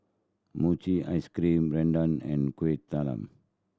mochi ice cream rendang and Kueh Talam